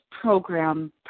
program